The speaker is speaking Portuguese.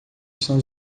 estão